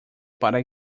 para